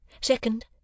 Second